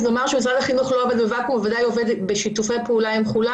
משרד החינוך לא עובד בוואקום והוא עובד בשיתופי פעולה עם כולם